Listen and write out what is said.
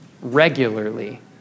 regularly